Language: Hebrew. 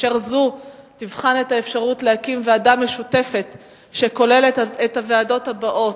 וזו תבחן את האפשרות להקים ועדה משותפת שכוללת את הוועדות הבאות: